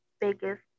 biggest